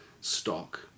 stock